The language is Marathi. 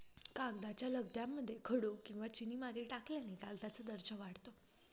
कागदाच्या लगद्यामध्ये खडू किंवा चिनीमाती टाकल्याने कागदाचा दर्जा वाढतो